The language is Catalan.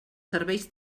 serveis